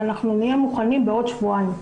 אנחנו נהיה מוכנים בעוד שבועיים.